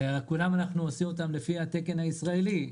את כולם אנחנו עושים לפי התקן הישראלי.